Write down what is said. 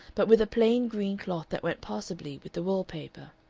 but with a plain green cloth that went passably with the wall-paper.